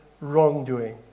wrongdoing